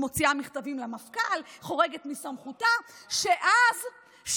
היא מוציאה מכתבים למפכ"ל, חורגת מסמכותה, שאז,